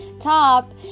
top